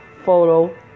photo